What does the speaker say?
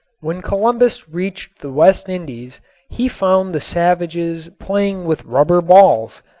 when columbus reached the west indies he found the savages playing with rubber balls,